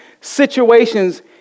situations